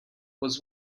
was